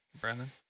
Brandon